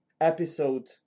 episode